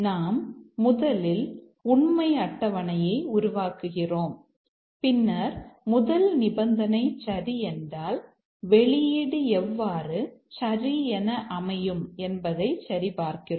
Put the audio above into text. நாம் முதலில் உண்மை அட்டவணையை உருவாக்குகிறோம் பின்னர் முதல் நிபந்தனை சரி என்றால் வெளியீடு எவ்வாறு சரி என அமையும் என்பதை சரிபார்க்கிறோம்